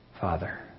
Father